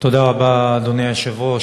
אדוני היושב-ראש,